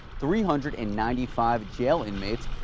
three hundred and ninety five jail inmates,